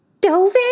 Dove